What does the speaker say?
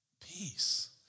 Peace